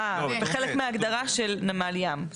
אה, כחלק מההגדרה של נמל ים.